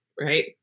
right